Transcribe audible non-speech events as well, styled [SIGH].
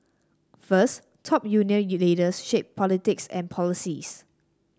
first top union [UNINTELLIGIBLE] leaders shape politics and policies